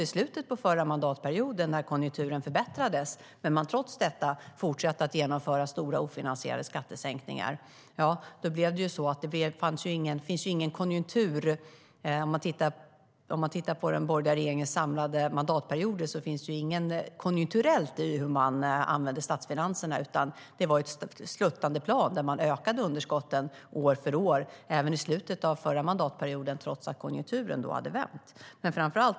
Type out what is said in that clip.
I slutet av förra mandatperioden, när konjunkturen förbättrades men man trots detta fortsatte att genomföra stora och ofinansierade skattesänkningar, fanns inget konjunkturellt i hur den borgerliga regeringen använde statsfinanserna under mandatperioden. Det var ett sluttande plan där underskotten ökade år för år - även i slutet av förra mandatperioden, trots att konjunkturen hade vänt.